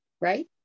right